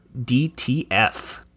DTF